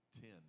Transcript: ten